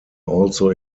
also